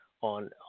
On